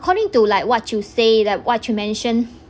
according to like what you say like what you mention